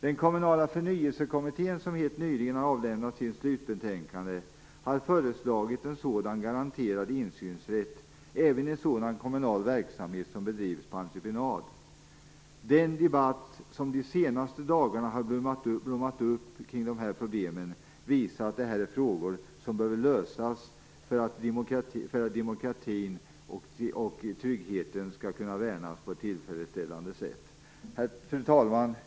Den kommunala förnyelsekommittén som helt nyligen avlämnade sitt slutbetänkande, har föreslagit en garanterad insynsrätt även i sådan kommunal verksamhet som bedrivs på entreprenad. Den debatt som de senaste dagarna har blommat upp kring dessa problem, visar att detta är frågor som behöver lösas för att demokratin och tryggheten skall kunna värnas på ett tillfredsställande sätt. Fru talman!